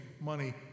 money